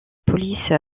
police